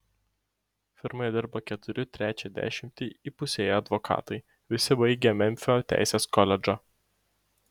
firmoje dirba keturi trečią dešimtį įpusėję advokatai visi baigę memfio teisės koledžą